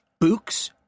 Book's